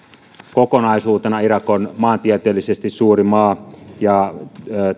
kokonaisuutena irak on maantieteellisesti suuri maa ja